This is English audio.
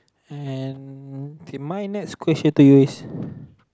and my next question is